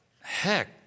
Heck